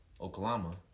Oklahoma